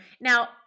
Now